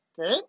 okay